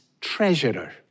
treasurer